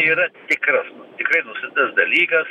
yra tikras tikrai nuoširdus dalykas